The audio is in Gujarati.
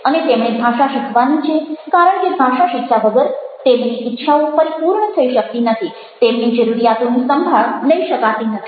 અને તેમણે ભાષા શીખવાની છે કારણ કે ભાષા શીખ્યા વગર તેમની ઇચ્છાઓ પરિપૂર્ણ થઇ શકતી નથી તેમની જરૂરિયાતોની સંભાળ લઈ શકાતી નથી